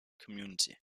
community